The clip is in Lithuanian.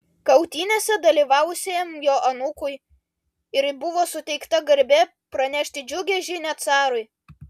kautynėse dalyvavusiam jo anūkui ir buvo suteikta garbė pranešti džiugią žinią carui